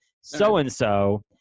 so-and-so